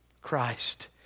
Christ